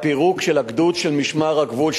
הפירוק של הגדוד של משמר הגבול,